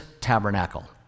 tabernacle